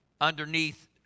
underneath